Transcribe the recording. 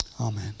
amen